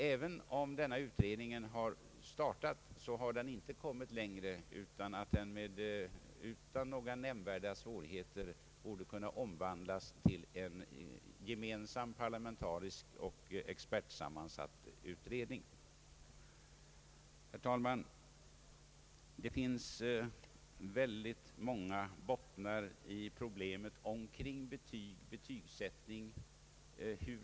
även om denna utredning har startat har den inte kommit längre än att den utan nämnvärda svårigheter borde kunna omvandlas till en gemensam parlamentarisk och expertsammansatt utredning. Herr talman, det finns många bottnar i problemen omkring betyg och betygsättning.